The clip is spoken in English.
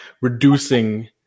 reducing